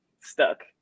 stuck